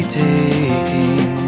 taking